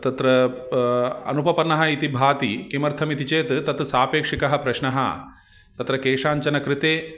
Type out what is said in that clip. तत्र अनुपपन्नः इति भाति किमर्थमिति चेत् तत् सापेक्षिकः प्रश्नः तत्र केषाञ्चन कृते